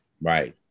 Right